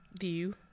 view